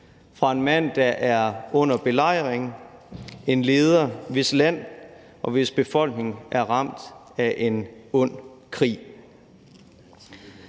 fra en mand, der er under belejring, en leder, hvis land og befolkning er ramt af en ond krig.